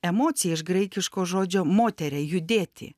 emocija iš graikiško žodžio motere judėti